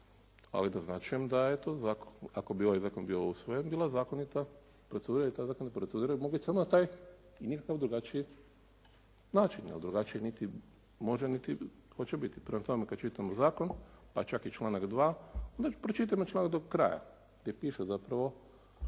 ali naznačujem da je to ako bi ovaj zakon bio usvojen bila zakonita procedura i ta zakonita procedura može biti samo na taj i nikakav drugačiji način jer drugačiji niti može niti hoće biti. Prema tome kad čitamo zakon pa čak i članak 2. onda pročitajmo članak do kraja gdje piše zapravo